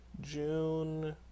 June